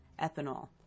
ethanol